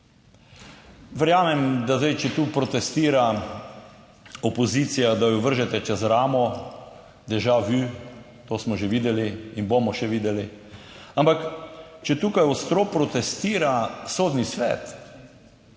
Verjamem, da zdaj, če tu protestira opozicija, da jo vržete čez ramo - deja vú, to to smo že videli in bomo še videli. Ampak če tukaj ostro protestira Sodni svet,